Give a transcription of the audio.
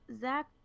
Zach